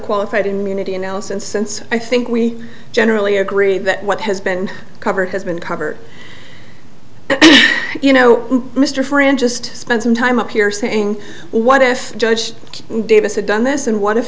qualified immunity analysis and since i think we generally agree that what has been covered has been cover you know mr fringe just spend some time up here saying what if judge davis had done this and one of